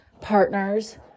partners